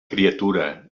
criatura